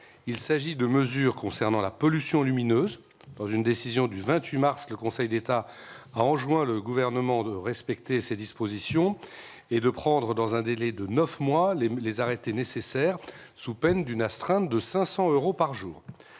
Il s'agit de mesures concernant la pollution lumineuse. Dans une décision du 28 mars, le Conseil d'État a enjoint le Gouvernement de respecter ces dispositions et de prendre dans un délai de neuf mois les arrêtés nécessaires, sous peine d'une astreinte de 500 euros par jour.